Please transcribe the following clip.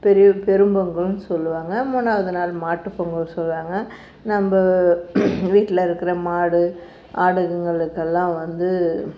பெரிய பெரும் பொங்கலுன்னு சொல்லுவாங்க மூணாவது நாள் மாட்டு பொங்கல் சொல்வாங்க நம்ம வீட்டில் இருக்கிற மாடு ஆடுங்களுக்கெல்லாம் வந்து